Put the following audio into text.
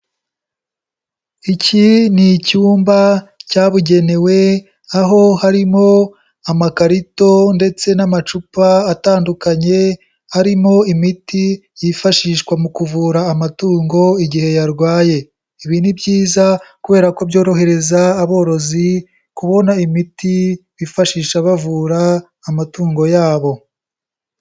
Iki ni icyumba cyabugenewe aho harimo amakarito ndetse n'amacupa atandukanye arimo imiti yifashishwa mu kuvura amatungo igihe yarwaye, ibi ni byiza kubera ko byorohereza aborozi kubona imiti bifashisha bavura amatungo yabo.